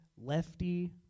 Lefty